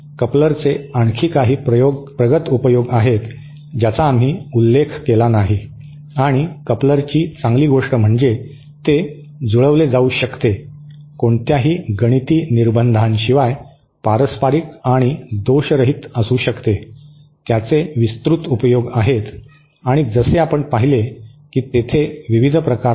कपलरचे आणखी काही प्रगत उपयोग आहेत ज्याचा आम्ही उल्लेख केला नाही आणि कपलरची चांगली गोष्ट म्हणजे ते जुळविले जाऊ शकते कोणत्याही गणिती निर्बंधांशिवाय पारस्परिक आणि दोषरहित असू शकते त्याचे विस्तृत उपयोग आहेत आणि जसे आपण पाहिले की तेथे विविध प्रकार आहेत